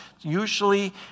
Usually